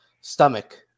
stomach